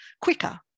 quicker